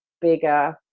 bigger